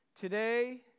Today